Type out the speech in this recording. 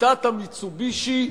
שיטת ה"מיצובישי",